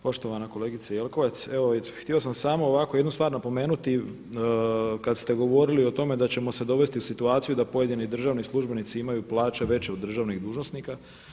Poštovana kolegice Jelkovac, evo htio sam samo ovako jednu stvar napomenuti kad ste govorili o tome da ćemo se dovesti u situaciju da pojedini državni službenici imaju plaće veće od državnih dužnosnika.